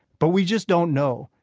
but we just don't know.